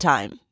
time